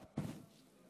כבודו.